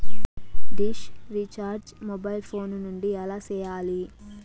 dish recharge mobile phone నుండి ఎలా సేయాలి